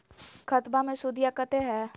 खतबा मे सुदीया कते हय?